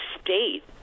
state